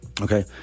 Okay